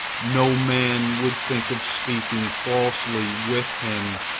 no man would think of speaking falsely with him,